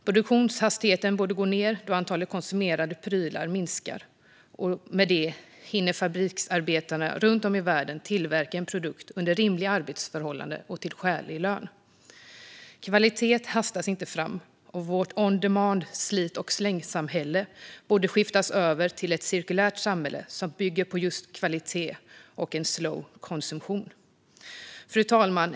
Produktionshastigheten borde gå ned då antalet konsumerade prylar minskar, och med det hinner fabriksarbetare runt om i världen tillverka en produkt under rimliga arbetsförhållanden och till skälig lön. Kvalitet hastas inte fram. Vårt on demand och slit-och-släng-samhälle borde skiftas över till ett cirkulärt samhälle som bygger på just kvalitet och slowkonsumtion. Fru talman!